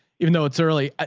even though it's early,